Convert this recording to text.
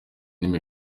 indimi